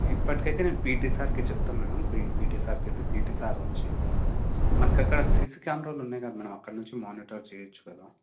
ఇప్పటికైతే నేను పీటీ సార్కి చెప్తా మేడం పి పీటీ సార్కి చెప్పి పీటీ సార్ వచ్చి మనకక్కడ సీసీ క్యామెరాలు ఉన్నాయి కదా మేడమ్ అక్కడ నుంచి మానిటర్ చెయ్యొచ్చు కదా